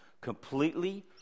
completely